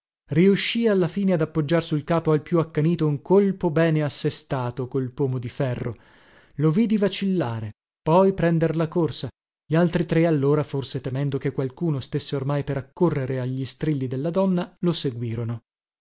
riuscii alla fine ad appoggiar sul capo al più accanito un colpo bene assestato col pomo di ferro lo vidi vacillare poi prender la corsa gli altri tre allora forse temendo che qualcuno stesse ormai per accorrere agli strilli della donna lo seguirono